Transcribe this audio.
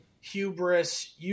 hubris